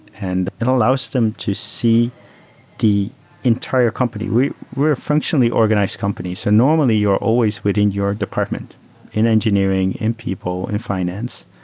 and it allows them to see the entire company. we're a functionally organized companies. so normally, you're always within your department in engineering, in people, in fi nance.